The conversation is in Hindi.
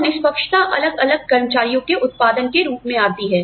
और निष्पक्षता अलग अलग कर्मचारियों के उत्पादन के रूप में आती है